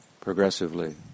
progressively